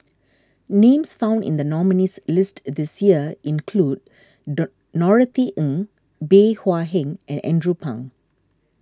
names found in the nominees' list this year include Norothy Ng Bey Hua Heng and Andrew Phang